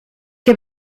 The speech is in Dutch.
heb